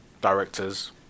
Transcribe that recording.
directors